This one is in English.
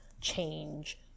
change